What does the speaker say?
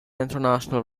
international